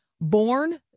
Born